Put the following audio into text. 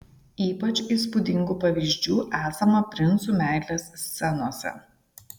ypač įspūdingų pavyzdžių esama princų meilės scenose